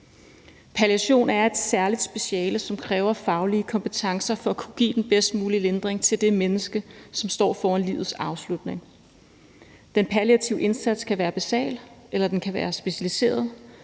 Palliation er et særligt speciale, som kræver faglige kompetencer for at kunne give den bedst mulige lindring til det menneske, som står foran livets afslutning. Den palliative indsats kan være basal, eller den kan være specialiseret,